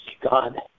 God